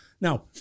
Now